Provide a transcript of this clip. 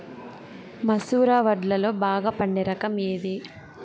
మసూర వడ్లులో బాగా పండే రకం ఏది?